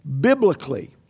biblically